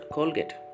Colgate